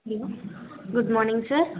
hello good morning sir